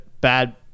bad